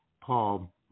Paul